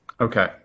Okay